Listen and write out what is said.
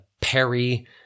Perry